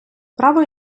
право